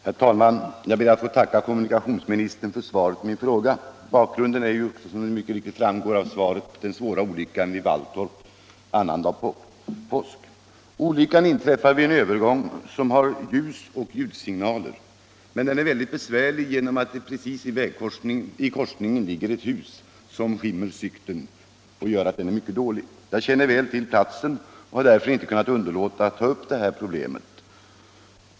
Herr talman! Jag ber att få tacka kommunikationsministern för svaret på min fråga. Bakgrunden är - som mycket riktigt framgår av svaret — den svåra olyckan i Valltorp annandag påsk. Olyckan inträffade vid en korsning som har ljus och ljudsignaler men som är mycket besvärlig därför att det i korsningen ligger ett hus som skymmer sikten. Jag känner väl till platsen och har därför inte kunnat underlåta att ta upp problemet.